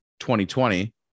2020